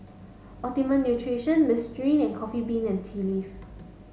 Optimum Nutrition Listerine and Coffee Bean and Tea Leaf